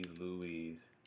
Louise